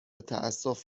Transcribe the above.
تاسف